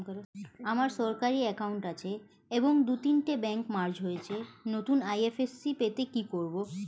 আমার সরকারি একাউন্ট আছে এবং দু তিনটে ব্যাংক মার্জ হয়েছে, নতুন আই.এফ.এস.সি পেতে কি করব?